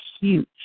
huge